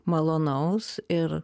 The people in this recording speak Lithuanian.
malonaus ir